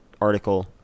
article